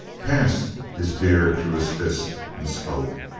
passed his beard through his fist and spoke.